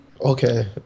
okay